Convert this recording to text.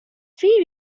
three